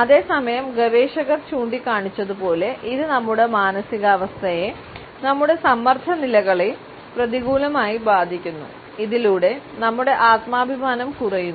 അതേസമയം ഗവേഷകർ ചൂണ്ടിക്കാണിച്ചതുപോലെ ഇത് നമ്മുടെ മാനസികാവസ്ഥയെ നമ്മുടെ സമ്മർദ്ദ നിലകളെ പ്രതികൂലമായി ബാധിക്കുന്നു ഇതിലൂടെ നമ്മുടെ ആത്മാഭിമാനം കുറയുന്നു